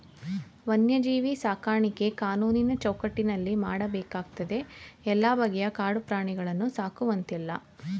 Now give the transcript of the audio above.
ವನ್ಯಜೀವಿ ಸಾಕಾಣಿಕೆ ಕಾನೂನಿನ ಚೌಕಟ್ಟಿನಲ್ಲಿ ಮಾಡಬೇಕಾಗ್ತದೆ ಎಲ್ಲ ಬಗೆಯ ಕಾಡು ಪ್ರಾಣಿಗಳನ್ನು ಸಾಕುವಂತಿಲ್ಲ